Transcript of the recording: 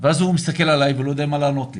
ואז הוא מסתכל עלי ולא יודע מה לענות לי.